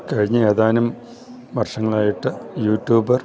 കഴിഞ്ഞ ഏതാനും വർഷങ്ങളായിട്ട് യൂട്യൂബർ